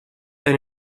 than